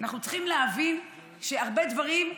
אנחנו צריכים להבין שהרבה דברים,